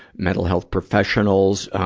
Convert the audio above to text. mental health professionals.